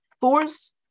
force